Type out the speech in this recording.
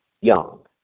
Young